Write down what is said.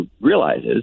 realizes